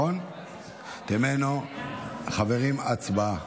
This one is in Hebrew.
חברים, הצבעה.